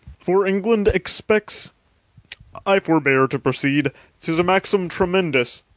for england expects i forbear to proceed tis a maxim tremendous,